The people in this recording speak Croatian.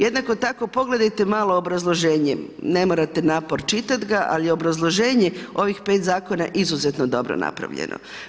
Jednako tako pogledajte malo obrazloženje ne morate napor čitat ga, ali obrazloženje ovih pet zakona je izuzetno dobro napravljeno.